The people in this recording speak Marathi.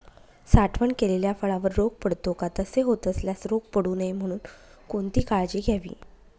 साठवण केलेल्या फळावर रोग पडतो का? तसे होत असल्यास रोग पडू नये म्हणून कोणती काळजी घ्यावी?